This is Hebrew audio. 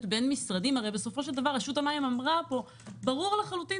בין משרדים הרי בסופו של דבר רשות המים אמרה פה: ברור לחלוטין